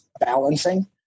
balancing